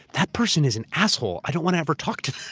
that person is an asshole. i don't want to ever talk to